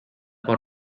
por